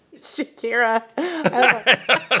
shakira